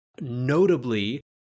Notably